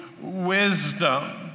wisdom